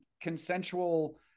consensual